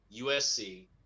USC